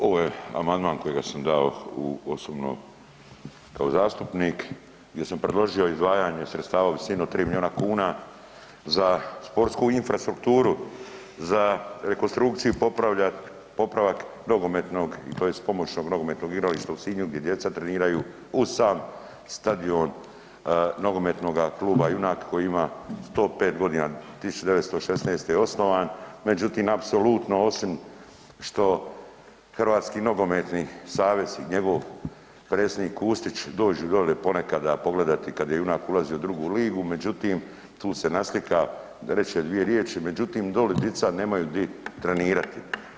Ovo je amandman kojega sam dao osobno kao zastupnik gdje sam predložio izdvajanje sredstava u visini od 3 miliona kuna za sportsku infrastrukturu, za rekonstrukciju i popravak nogometnog tj. pomoćnog nogometnog igrališta u Sinju gdje djeca treniraju uz sam stadion Nogometnoga kluba Junak koji ima 105 godina, 1916. je osnovan, međutim apsolutno osim što Hrvatski nogometni savez i njegov predsjednik Kustić dođu dole ponekada pogledati kad je Junak ulazio u drugu ligu međutim tu se naslika, reče dvije riječi, međutim doli dica nemaju di trenirati.